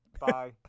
Bye